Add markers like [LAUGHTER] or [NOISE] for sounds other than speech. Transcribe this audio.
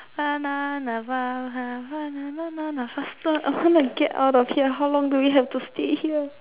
[NOISE] faster I want to get out of here how long do we have to stay here